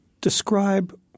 Describe